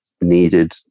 needed